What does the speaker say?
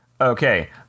Okay